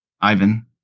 Ivan